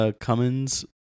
Cummins